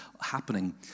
happening